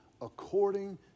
according